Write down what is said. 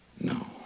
No